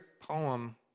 poem